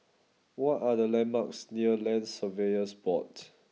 what are the landmarks near Land Surveyors Board